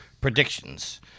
predictions